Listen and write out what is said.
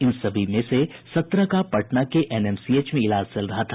इन सभी में से सत्रह का पटना के एनएमसीएच में इलाज चल रहा था